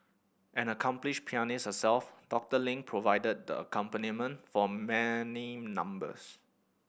an accomplished pianist herself Doctor Ling provided the accompaniment for many numbers